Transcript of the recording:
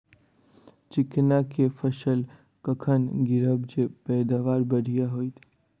चिकना कऽ फसल कखन गिरैब जँ पैदावार बढ़िया होइत?